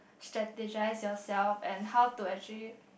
strategize yourself and how to actually